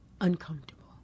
uncomfortable